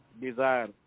desire